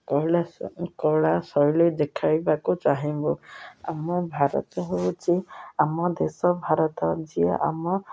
କୈଳାସ କଳା ଶୈଳୀ ଦେଖାଇବାକୁ ଚାହିଁବୁ ଆମ ଭାରତ ହେଉଛି ଆମ ଦେଶ ଭାରତ ଯିଏ ଆମ